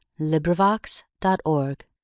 LibriVox.org